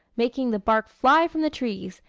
making the bark fly from the trees,